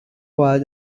was